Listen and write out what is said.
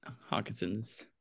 Hawkinson's